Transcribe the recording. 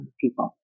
people